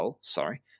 sorry